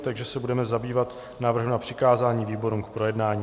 Takže se budeme zabývat návrhem na přikázání výborům k projednání.